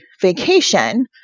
vacation